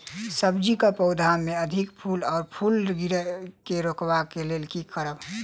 सब्जी कऽ पौधा मे अधिक फूल आ फूल गिरय केँ रोकय कऽ लेल की करब?